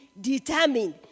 determined